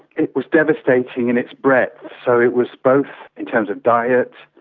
it was devastating in its breadth. so it was both in terms of diet,